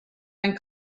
been